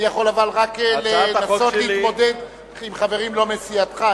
אבל אני יכול רק לנסות להתמודד עם חברים לא מסיעתך.